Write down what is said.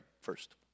first